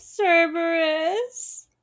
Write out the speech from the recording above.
Cerberus